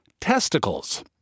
testicles